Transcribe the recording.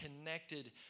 connected